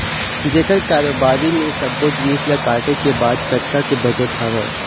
जेखर कारोबारी ले सब्बो जिनिस ल काटे के बाद कतका के बचत हवय